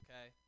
Okay